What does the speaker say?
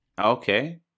okay